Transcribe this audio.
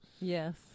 Yes